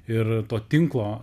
ir to tinklo